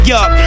up